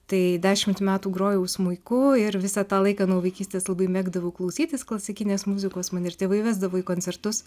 tai dešimt metų grojau smuiku ir visą tą laiką nuo vaikystės labai mėgdavau klausytis klasikinės muzikos mane ir tėvai vesdavo į koncertus